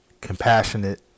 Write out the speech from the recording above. compassionate